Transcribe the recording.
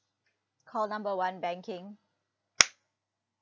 call number one banking